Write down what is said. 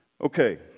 Okay